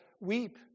weep